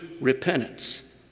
repentance